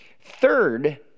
Third